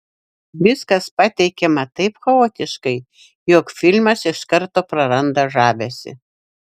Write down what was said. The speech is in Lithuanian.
viskas pateikiama taip chaotiškai jog filmas iš karto praranda žavesį